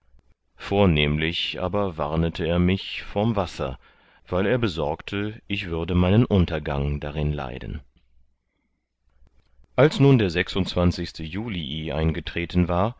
vornehmlich aber warnete er mich vorm wasser weil er besorgte ich würde meinen untergang darin leiden als nun der juli eingetreten war